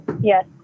Yes